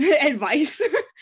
advice